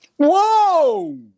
Whoa